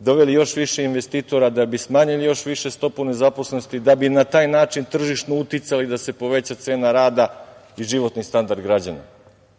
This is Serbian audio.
doveli još više investitora da bi smanjili još više stopu nezaposlenosti, da bi na taj način tržišno uticali, da se poveća cena rada i životni standard građana. Ne